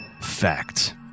fact